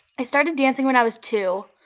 i started dancing when i was two,